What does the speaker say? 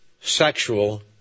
sexual